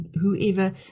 whoever